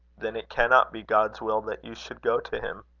then it cannot be god's will that you should go to him.